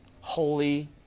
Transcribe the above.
Holy